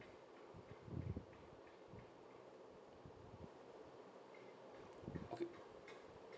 okay